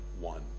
one